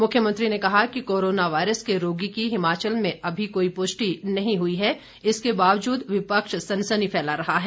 मुख्यमंत्री ने कहा कि कोरोना वायरस के रोगी की हिमाचल में अभी कोई पुष्टि नहीं हुई है इसके बावजूद विपक्ष सनसनी फैला रहा है